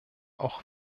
auch